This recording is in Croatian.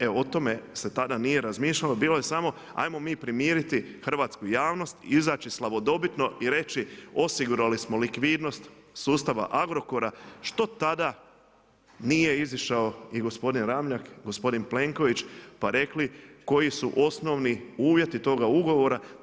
Evo, o tome se tada nije razmišljalo, bilo je samo ajmo mi primiriti hrvatsku javnost i izaći slavodobitno i reći osigurali smo likvidnost sustava Agrokora, što tada nije izišao ni gospodin Ramljak, gospodin Plenković, pa rekli koji su osnovni uvjeti toga ugovora.